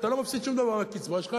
אתה לא מפסיד שום דבר מהקצבה שלך,